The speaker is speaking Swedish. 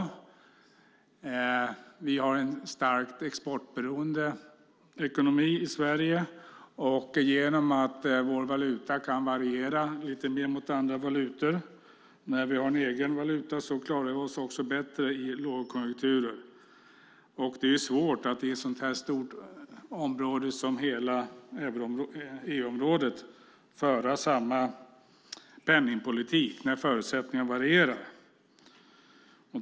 Vi har en starkt exportberoende ekonomi i Sverige. Genom att vi har en egen valuta som kan variera lite mer mot andra valutor klarar vi oss också bättre i lågkonjunkturer. Det är svårt att föra samma penningpolitik i ett så stort område som hela EU när förutsättningarna varierar.